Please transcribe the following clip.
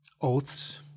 oaths